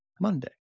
monday